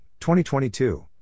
2022